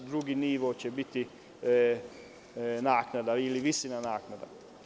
Drugi nivo će biti naknada, ili visina naknada.